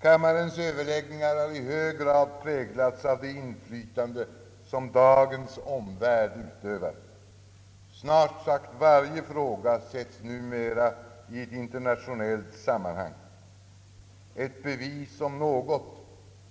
Kammarens överläggningar har i hög grad präglats av det inflytande som dagens omvärld utövar. Snart sagt varje fråga sätts numera in i ett internationellt sammanhang. Ett bevis om något